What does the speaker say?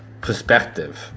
Perspective